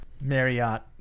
Marriott